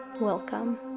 Welcome